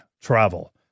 travel